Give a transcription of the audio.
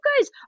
guys